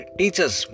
teachers